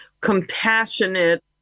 compassionate